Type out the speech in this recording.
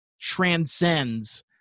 transcends